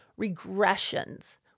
regressions